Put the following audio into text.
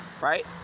right